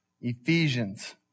Ephesians